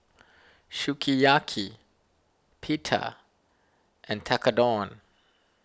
Sukiyaki Pita and Tekkadon